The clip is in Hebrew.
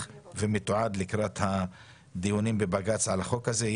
ומתועד לקראת הדיונים בבג"ץ על החוק הזה.